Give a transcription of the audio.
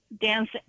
dance